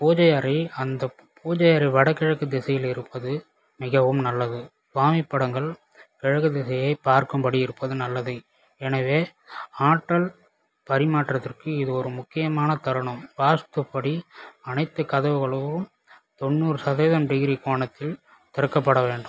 பூஜை அறை அந்த பூஜை அறை வடகிழக்கு திசையில் இருப்பது மிகவும் நல்லது சாமி படங்கள் கிழக்கு திசையை பார்க்கும் படி இருப்பது நல்லது எனவே ஆற்றல் பரிமாற்றத்திற்கு இது ஒரு முக்கியமான தருணம் வாஸ்துப்படி அனைத்து கதவுகளும் தொண்ணுறு சதவீதம் டிகிரி கோணத்தில் திறக்கபட வேண்டும்